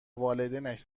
والدینش